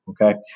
Okay